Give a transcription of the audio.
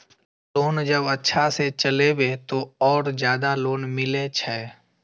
Loan जब अच्छा से चलेबे तो और ज्यादा लोन मिले छै?